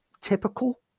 typical